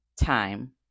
time